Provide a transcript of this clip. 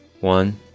one